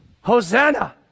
Hosanna